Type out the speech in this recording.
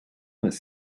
was